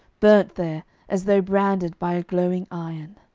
burnt there as though branded by a glowing iron.